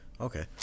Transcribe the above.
okay